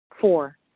Four